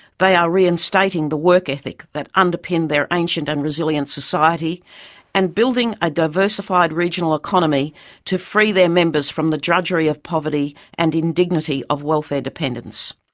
they are reinstating the work ethic that underpinned their ancient and resilient society and building a diversified regional economy to free their members from the drudgery of poverty and indignity of welfare dependence.